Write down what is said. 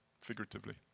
figuratively